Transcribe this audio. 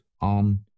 on